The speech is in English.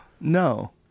No